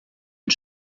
une